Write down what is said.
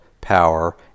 power